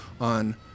on